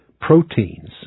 proteins